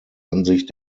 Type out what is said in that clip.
ansicht